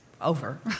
over